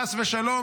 חס ושלום,